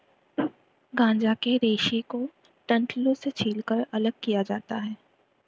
गांजा के रेशे को डंठलों से छीलकर अलग किया जाता है